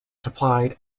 supplied